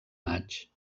maig